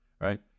right